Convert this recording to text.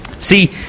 See